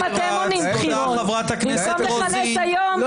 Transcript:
יש פה אנשים שאני רואה פעם ראשונה ומרגע שנכנסו לחדר לא